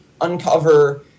uncover